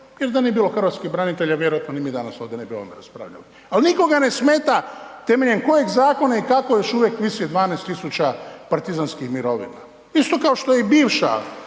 Jer da nije bilo hrvatskih branitelja vjerojatno ni mi danas ovdje ne bi o ovome raspravljali. Ali nikoga ne smeta temeljem kojeg zakona i kako još uvijek visi 12 tisuća partizanskih mirovina. Isto kao što je i bivša